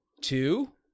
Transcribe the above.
Two